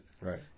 right